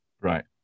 Right